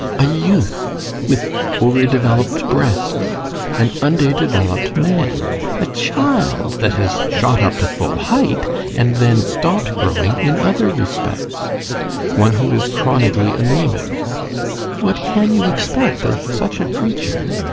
a youth with over-developed breasts an under-developed man a child that has shot up to full height and then stopped growing in other respects one who is chronically anaemic what can you expect of such a creature?